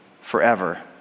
forever